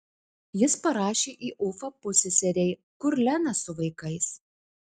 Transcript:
jis parašė į ufą pusseserei kur lena su vaikais